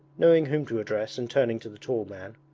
knowing whom to address and turning to the tall man.